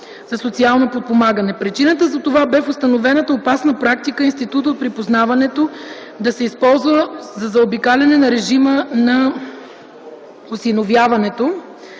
за социално подпомагане. Причината за това бе в установената опасна практика институтът на припознаването да се използва за заобикаляне на режима на осиновяването